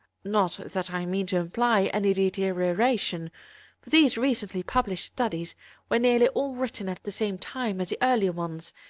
not that i mean to imply any deterioration, for these recently published studies were nearly all written at the same time as the earlier ones,